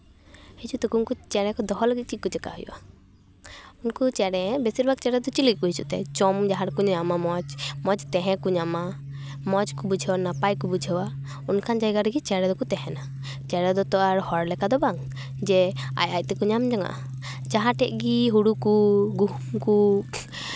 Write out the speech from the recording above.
ᱦᱤᱡᱩᱜ ᱛᱮᱠᱚ ᱩᱱᱠᱩ ᱪᱮᱬᱮ ᱠᱚ ᱫᱚᱦᱚ ᱞᱟᱹᱜᱤᱫ ᱪᱮᱫ ᱠᱚ ᱪᱮᱠᱟ ᱦᱩᱭᱩᱜᱼᱟ ᱩᱱᱠᱩ ᱪᱮᱬᱮ ᱵᱮᱥᱤᱨ ᱵᱷᱟᱜᱽ ᱪᱮᱬᱮ ᱫᱚ ᱪᱮᱫ ᱞᱟᱹᱜᱤᱫ ᱠᱚ ᱦᱤᱡᱩᱜ ᱛᱮ ᱡᱚᱢ ᱡᱟᱦᱟᱸ ᱨᱮᱠᱚ ᱧᱟᱢᱟ ᱢᱚᱡᱽ ᱛᱟᱦᱮᱸ ᱠᱚ ᱧᱟᱢᱟ ᱢᱚᱡᱽ ᱠᱚ ᱵᱩᱡᱷᱟᱹᱣᱟ ᱱᱟᱯᱟᱭ ᱠᱚ ᱵᱩᱡᱷᱟᱹᱣᱟ ᱚᱱᱠᱟᱱ ᱡᱟᱭᱜᱟ ᱨᱮᱜᱮ ᱪᱮᱬᱮ ᱫᱚᱠᱚ ᱛᱟᱦᱮᱱᱟ ᱪᱮᱬᱮ ᱫᱚᱛᱚ ᱟᱨ ᱦᱚᱲ ᱞᱮᱠᱟ ᱫᱚ ᱵᱟᱝ ᱡᱮ ᱟᱡᱼᱟᱡ ᱛᱮᱠᱚ ᱧᱟᱢ ᱡᱚᱱᱟᱜᱼᱟ ᱡᱟᱦᱟᱸ ᱴᱷᱮᱱ ᱜᱮ ᱦᱩᱲᱩ ᱠᱚ ᱜᱩᱦᱩᱢ ᱠᱚ